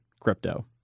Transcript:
crypto